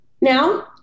Now